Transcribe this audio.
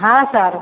हाँ सर